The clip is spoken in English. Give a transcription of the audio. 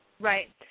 Right